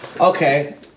Okay